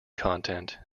content